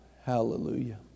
Hallelujah